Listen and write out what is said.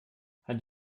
hat